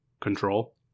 control